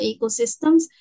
ecosystems